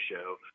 show